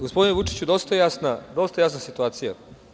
Gospodine Vučiću, dosta jasna situacije.